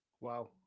Wow